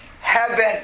heaven